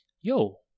yo